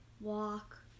walk